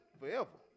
forever